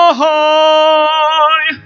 high